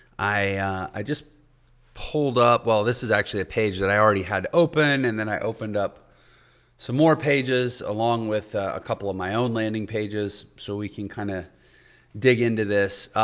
i i just pulled up, well, this is actually a page that i already had open and then i opened up some more pages along with a couple of my own landing pages so we can kinda dig into this.